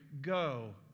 go